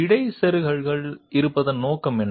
இடைச்செருகல்கள் இருப்பதன் நோக்கம் என்ன